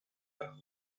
humming